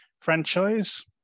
franchise